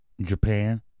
Japan